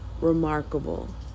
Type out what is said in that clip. remarkable